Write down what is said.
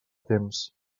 temps